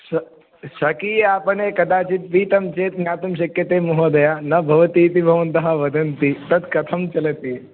स्व स्वकीय आपणे कदाचित् पीतं चेत् ज्ञातुं शक्यते महोदय न भवति इति भवन्तः वदन्ति तत् कथं चलति